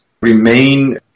remain